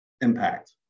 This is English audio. impact